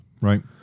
right